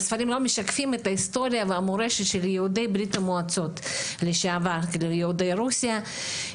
ההיסטוריה והמורשת של יהודי ברית המועצות לשעבר ויהודי רוסיה,